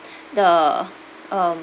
the um